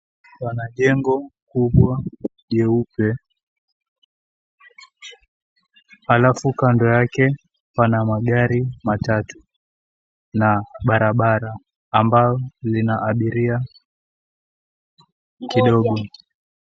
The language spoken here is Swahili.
Pana jengo kubwa jeupe, alafu kando yake pana magari matatu na barabara ambayo ina abiria kidogo.